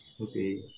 Okay